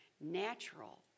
natural